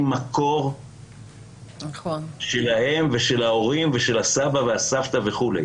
מקור שלהם ושל ההורים ושל הסבא והסבתא וכו'.